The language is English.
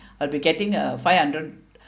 I'll be getting a five hundred